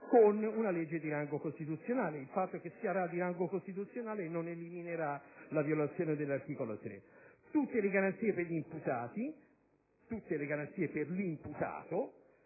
con una legge di rango costituzionale. Il fatto che sarà una legge di rango costituzionale non eliminerà la violazione dell'articolo 3 della Costituzione. Tutte le garanzie per gli imputati, tutte le garanzie per l'imputato